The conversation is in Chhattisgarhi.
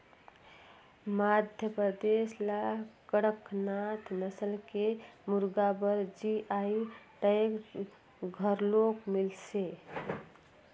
मध्यपरदेस ल कड़कनाथ नसल के मुरगा बर जी.आई टैग घलोक मिलिसे